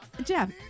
Jeff